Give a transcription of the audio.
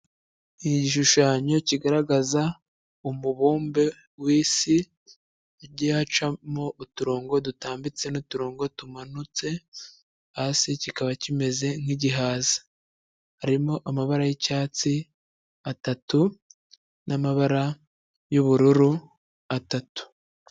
Igishushanyo kigaragaza umubumbe w'isi, hagiye hacamo uturongo dutambitse n'uturongo tumanutse, hasi kikaba kimeze nk'igihaza. Harimo amabara y'icyatsi atatu n'amabara y'ubururu atatu.